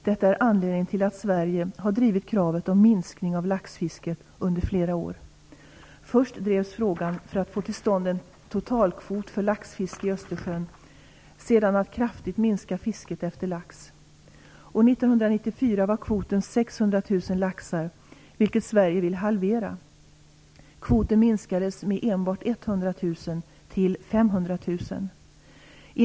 Detta är anledningen till att Sverige har drivit kravet om minskning av laxfisket under flera år. Först drevs frågan för att få till stånd en totalkvot för laxfiske i Östersjön, sedan drevs frågan att kraftigt minska fisket efter lax. År 1994 var kvoten 600 000 laxar, vilket Sverige ville halvera. Kvoten minskades med enbart 100 000 till 500 000 laxar.